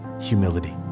humility